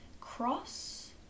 cross